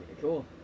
Cool